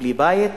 בלי בית.